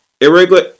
irregular